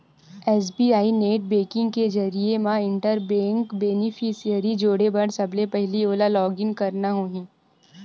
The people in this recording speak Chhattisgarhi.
एस.बी.आई नेट बेंकिंग के जरिए म इंटर बेंक बेनिफिसियरी जोड़े बर सबले पहिली ओला लॉगिन करना होही